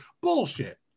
Bullshit